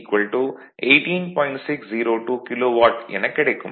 602 kilo watt எனக் கிடைக்கும்